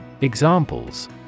Examples